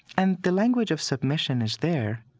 and the language of submission is there,